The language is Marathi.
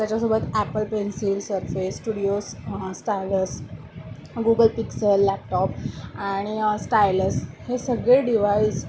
त्याच्यासोबत Apple Pencil Surface Studios stylus Google Pixel laptop आणि स्टाईलस हे सगळे डिवाईज